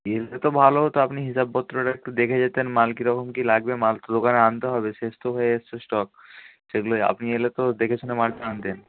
এর চেয়ে তো ভালো হতো আপনি হিসাবপত্রটা একটু দেখে যেতেন মাল কী রকম কী লাগবে মাল তো দোকানে আনতে হবে শেষ তো হয়ে এসছে স্টক সেগুলোই আপনি এলে তো দেখে শুনে মালটা আনতেন